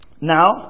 Now